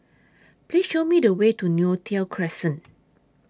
Please Show Me The Way to Neo Tiew Crescent